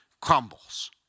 crumbles